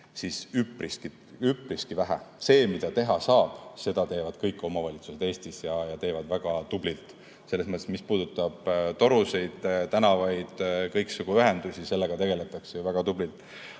on üpriski vähe. Seda, mida teha saab, teevad kõik omavalitsused Eestis ja teevad väga tublilt, selles mõttes, mis puudutab torusid, tänavaid ja kõiksugu ühendusi jms. Sellega tegeldakse ju väga tublilt.